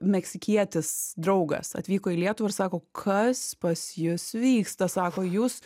meksikietis draugas atvyko į lietuvą ir sako kas pas jus vyksta sako jūs